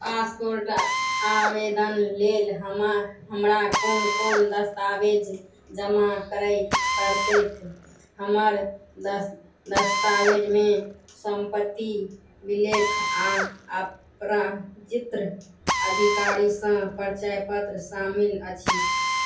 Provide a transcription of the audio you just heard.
passport आवेदन लेल हमरा कोन कोन दस्तावेज जमा करय पड़तैक हमर दस्तावेजमे सम्पत्ति विलेख आओर अपराजित्र अधिकारीसँ परिचय पत्र शामिल अछि